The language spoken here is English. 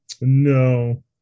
No